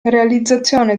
realizzazione